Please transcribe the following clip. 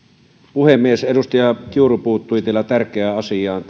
puhemies edustaja kiuru puuttui täällä tärkeään asiaan